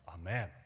Amen